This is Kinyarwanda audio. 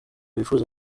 wifuza